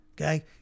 okay